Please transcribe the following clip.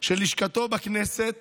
של לשכתו בכנסת